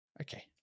Okay